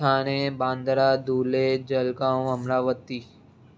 Thane Bandra Dhule Jalgaon Amravati